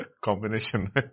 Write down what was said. Combination